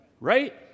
right